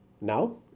Now